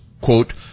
quote